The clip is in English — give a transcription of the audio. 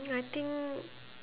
I think